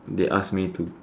they ask me to